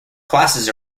classes